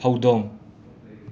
ꯍꯧꯗꯣꯡ